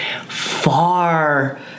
far